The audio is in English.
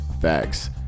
facts